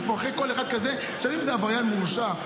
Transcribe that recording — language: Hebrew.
אם זה עבריין מורשע,